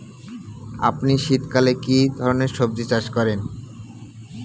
আপনি শীতকালে কী ধরনের সবজী চাষ করেন?